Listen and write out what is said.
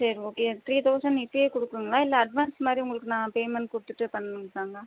சரி okay three thousand இப்போயே கொடுக்கணுங்களா இல்லை அட்வான்ஸ் மாதிரி உங்ளுக்கு நான் பேமெண்ட் கொடுத்துட்டு பண்ணிக்லாங்ளா